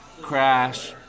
Crash